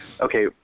okay